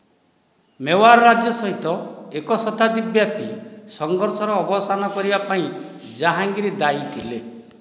ମେୱାର ରାଜ୍ୟ ସହିତ ଏକ ଶତାବ୍ଦୀ ବ୍ୟାପୀ ସଂଘର୍ଷର ଅବସାନ କରିବା ପାଇଁ ଜାହାଙ୍ଗୀର୍ ଦାୟୀ ଥିଲେ